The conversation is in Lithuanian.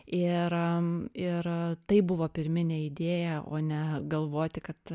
ir ir tai buvo pirminė idėja o ne galvoti kad